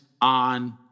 on